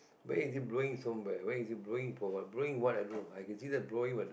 where is he blowing somewhere where is he blowing for what blowing what i don't know I can see the blowing but uh